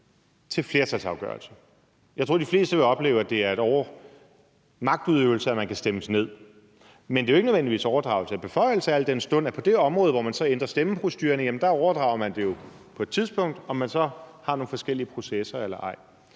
til flertalsafgørelse. Jeg tror, at de fleste vil opleve, at det er magtudøvelse, at man kan stemmes ned, men det er jo ikke nødvendigvis overdragelse af beføjelse, al den stund at man på det område, hvor man så ændrer stemmeprocedure, jo overdrager det på et tidspunkt, om man så har nogle forskellige processer eller ej.